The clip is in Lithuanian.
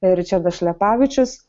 ričardas šlepavičius